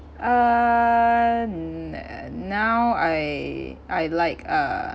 uh n~ now I I like uh